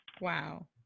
Wow